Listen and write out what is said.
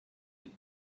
had